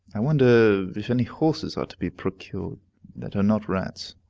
i wonder if any horses are to be procured that are not rats.